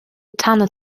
tanne